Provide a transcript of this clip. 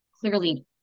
clearly